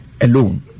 alone